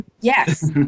Yes